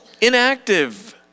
inactive